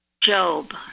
Job